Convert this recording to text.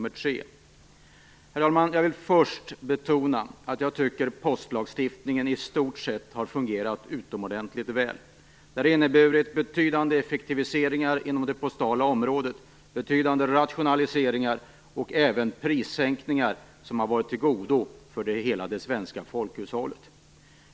Herr talman! Jag vill först betona att jag tycker att postlagstiftningen i stort sett har fungerat utomordentligt väl. Den har inneburit betydande effektiviseringar inom det postala området, betydande rationaliseringar och även prissänkningar som har varit till godo för hela det svenska folkhushållet.